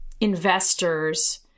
investors